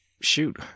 Shoot